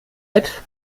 zeit